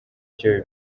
icyo